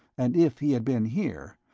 and if he had been here,